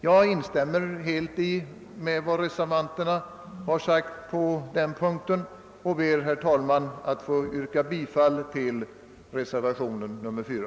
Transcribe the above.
Jag instämmer helt i vad reservanterna anfört på denna punkt och ber, herr talman, att få yrka bifall till reservationen 4.